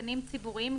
גנים ציבוריים,